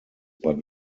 but